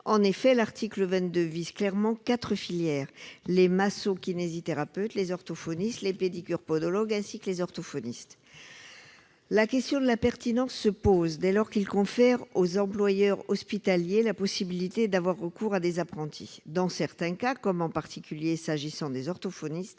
En effet, l'article 22 A vise clairement quatre filières : les masso-kinésithérapeutes, les orthoptistes, les pédicures-podologues et les orthophonistes. La question de sa pertinence se pose, dès lors qu'il confère aux employeurs hospitaliers la possibilité d'avoir recours à des apprentis. Dans certains cas, comme celui des orthophonistes,